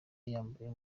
yambaye